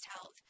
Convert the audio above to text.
health